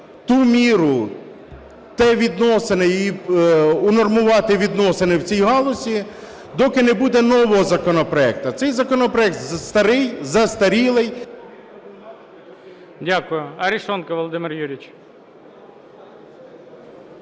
ту міру, ті відносити і унормувати відносини в цій галузі, доки не буде нового законопроекту. Цей законопроект старий, застарілий. ГОЛОВУЮЧИЙ. Дякую. Арешонков Володимир Юрійович.